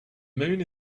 moon